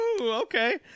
Okay